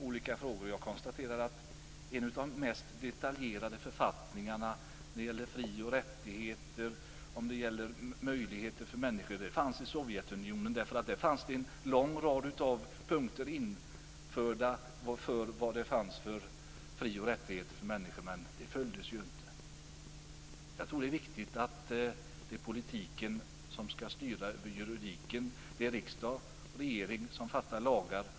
Jag konstaterade att en av de mest detaljerade författningarna i fråga om fri och rättigheter fanns i Sovjetunionen. Där fanns en lång rad punkter om fri och rättigheter för människor. Men de följdes ju inte. Det är viktigt att politiken skall styra över juridiken. Det är riksdag och regering som stiftar lagar.